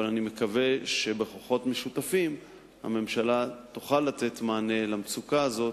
אך אני מקווה שבכוחות משותפים הממשלה תוכל לתת מענה למצוקה הזאת,